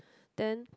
then